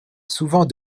souvent